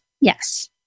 yes